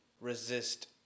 resist